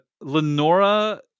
lenora